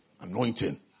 Anointing